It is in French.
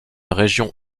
région